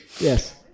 Yes